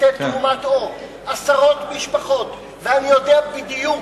לתת תרומת עור, עשרות משפחות, ואני יודע בדיוק